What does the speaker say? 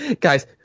Guys